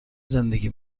زندگی